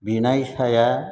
बिनायसाया